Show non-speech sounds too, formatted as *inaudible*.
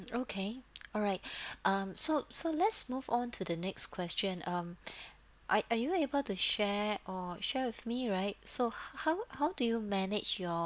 okay alright *breath* um so so let's move on to the next question um I are you able to share or share with me right so h~ how how do you manage your